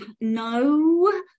no